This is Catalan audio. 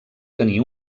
tenir